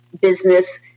business